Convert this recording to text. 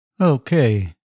Okay